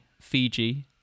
Fiji